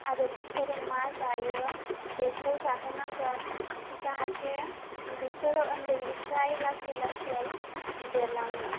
आरो बिसोरो मा जायो बेखौ जाहोनांगोन जाहाथे बिसोरो उन्दैनिफ्राय लासै लासै देरलाङो